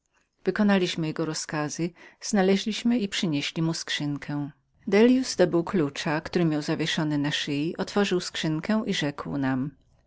wykonaliśmy jego rozkazy znaleźliśmy i przynieśli mu skrzynkę dellius dobył klucza który miał zawieszony na szyi otworzył skrzynkę i rzekł nam